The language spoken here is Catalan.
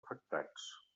afectats